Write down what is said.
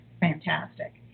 fantastic